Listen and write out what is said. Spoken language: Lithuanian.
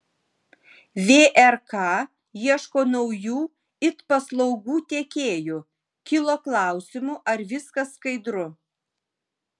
vrk ieško naujų it paslaugų tiekėjų kilo klausimų ar viskas skaidru